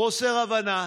חוסר הבנה.